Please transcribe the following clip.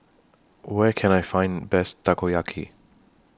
Where Can I Find Best Takoyaki